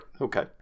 okay